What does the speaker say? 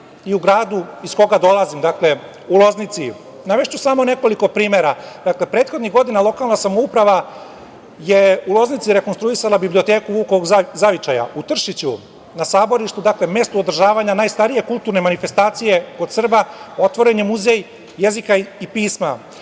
i u gradu iz koga dolazim, u Loznici, navešću samo nekoliko primera. Dakle, prethodnih godina lokalna samouprava je u Loznici rekonstruisala biblioteku Vukovog zavičaja u Tršiću na saborištu, dakle mestu odražavanja najstarije kulturne manifestacije kod Srba, otvoren je Muzej jezika i pisma,